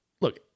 look